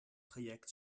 traject